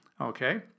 Okay